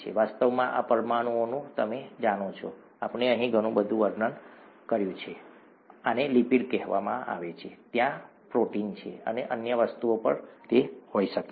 વાસ્તવમાં આ પરમાણુઓનું તમે જાણો છો કે આપણે અહીં ઘણું બધું વર્ણન કર્યું છે આને લિપિડ કહેવામાં આવે છે અને ત્યાં પ્રોટીન છે અને અન્ય વસ્તુઓ પણ હોઈ શકે છે